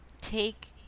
take